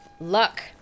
Luck